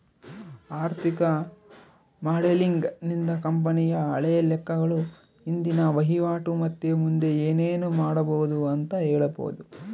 ಆರ್ಥಿಕ ಮಾಡೆಲಿಂಗ್ ನಿಂದ ಕಂಪನಿಯ ಹಳೆ ಲೆಕ್ಕಗಳು, ಇಂದಿನ ವಹಿವಾಟು ಮತ್ತೆ ಮುಂದೆ ಏನೆನು ಮಾಡಬೊದು ಅಂತ ಹೇಳಬೊದು